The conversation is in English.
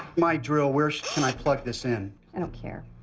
my drill. where can i plug this in? i don't care.